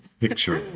picture